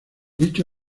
dicho